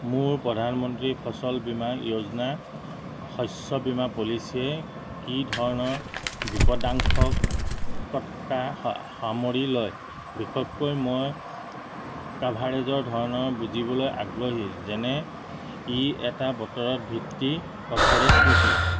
মোৰ প্ৰধানমন্ত্ৰী ফচল বীমা যোজনা শস্য বীমা পলিচীয়ে কি ধৰণৰ বিপদাংশক সতকা স সামৰি লয় বিশেষকৈ মই কাভাৰেজৰ ধৰণৰ বুজিবলৈ আগ্ৰহী যেনে ই এটা বতৰত ভিত্তি কভাৰেজ নেকি